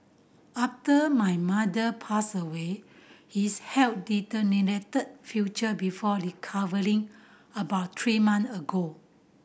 after my mother passed away his health deteriorated future before recovering about three month ago